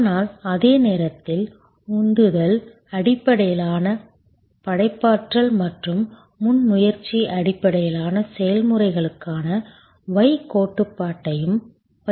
ஆனால் அதே நேரத்தில் உந்துதல் அடிப்படையிலான படைப்பாற்றல் மற்றும் முன்முயற்சி அடிப்படையிலான செயல்முறைகளான Y கோட்பாட்டையும் பயிற்சி செய்கிறார்கள்